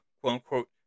quote-unquote